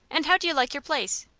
and how do you like your place?